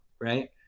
Right